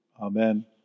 Amen